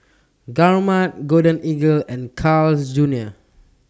Gourmet Golden Eagle and Carl's Junior